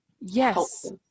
Yes